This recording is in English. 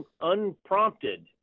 unprompted